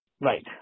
Right